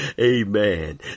Amen